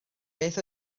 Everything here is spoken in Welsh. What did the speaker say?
beth